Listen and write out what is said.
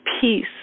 peace